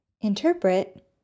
Interpret